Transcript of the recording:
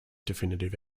definitive